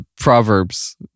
proverbs